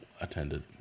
attended